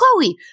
Chloe